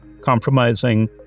compromising